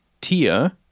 tier